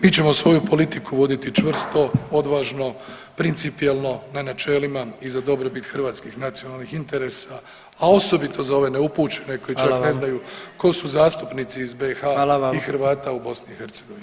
Mi ćemo svoju politiku voditi čvrsto, odvažno, principijelno na načelima i za dobrobit hrvatskih nacionalnih interesa, a osobito za ove neupućene koji čak ne znaju [[Upadica predsjednik: Hvala vam.]] tko su zastupnici iz BiH i Hrvata u Bosni i Hercegovini.